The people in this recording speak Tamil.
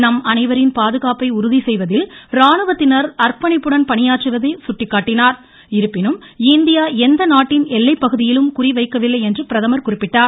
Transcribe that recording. நம் அனைவரின் பாதுகாப்பை உறுதிசெய்வதில் ராணுவத்தினர் அர்ப்பணிப்புடன் பணியாற்றுவதை சுட்டிக்காட்டிய பிரதமர் இருப்பினும் இந்தியா எந்த நாட்டின் எல்லைப்பகுதியிலும் குறி வைக்கவில்லை என்றார்